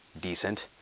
decent